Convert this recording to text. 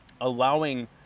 allowing